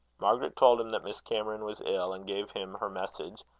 margaret told him that miss cameron was ill, and gave him her message,